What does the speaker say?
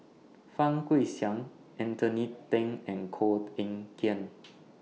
Fang Guixiang Anthony Then and Koh Eng Kian